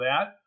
that